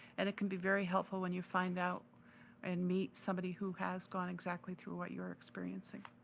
and it can be very helpful when you find out and meet somebody who has gone exactly through what you are experiencing.